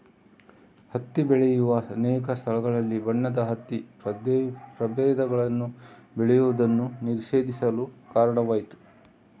ಹತ್ತಿ ಬೆಳೆಯುವ ಅನೇಕ ಸ್ಥಳಗಳಲ್ಲಿ ಬಣ್ಣದ ಹತ್ತಿ ಪ್ರಭೇದಗಳನ್ನು ಬೆಳೆಯುವುದನ್ನು ನಿಷೇಧಿಸಲು ಕಾರಣವಾಯಿತು